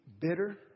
bitter